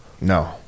No